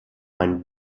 einen